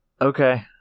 Okay